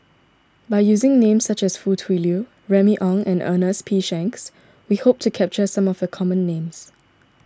by using names such as Foo Tui Liew Remy Ong and Ernest P Shanks we hope to capture some of the common names